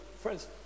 friends